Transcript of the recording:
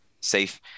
safe